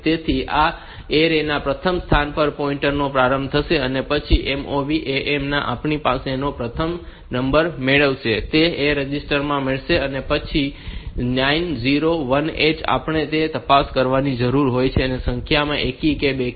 તેથી આ એરે ના પ્રથમ સ્થાન પર પોઇન્ટર નો પ્રારંભ કરશે અને પછી MOV AM આ આપણી પાસેનો પ્રથમ નંબર મેળવશે અને તે A રજિસ્ટર માં મેળવશે અને પછી 9 0 1 H માં આપણે એ તપાસ કરવાની જરૂર હોય છે કે તે સંખ્યા એકી છે કે બેકી